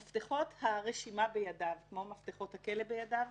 הרשימה בידיו כמו מפתחות הכלא בידיו.